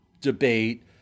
debate